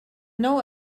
know